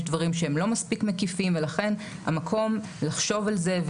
יש דברים שהם לא מספיק מקיפים ולכן המקום לחשוב על זה,